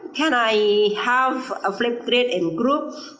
can i have a flipgrid in group?